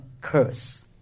curse